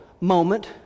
Moment